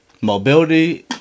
Mobility